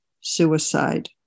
suicide